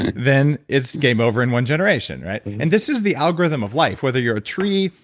and then it's game over in one generation. and this is the algorithm of life, whether you're a tree,